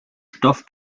stoff